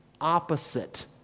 opposite